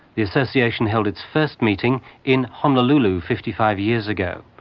the association held its first meeting in honolulu fifty five years ago.